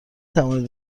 توانید